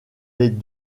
les